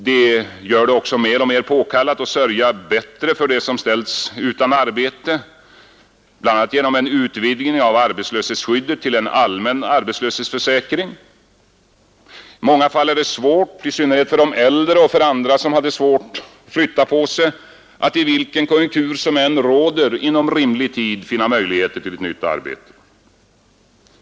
Det gör det också mer och mer påkallat att sörja bättre för dem som ställs utan arbete, bl.a. genom en utvidgning av arbetslöshetsskyddet till en allmän arbetslöshetsförsäkring. I många fall är det besvärligt, i synnerhet för de äldre och andra som har svårt att flytta på sig, att i vilken konjunktur som än råder inom rimlig tid finna möjligheter till ett nytt arbete.